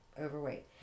overweight